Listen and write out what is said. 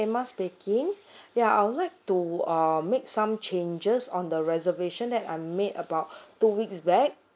yeah hi emma speaking ya I would like to uh make some changes on the reservation that I made about two weeks back